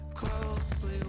closely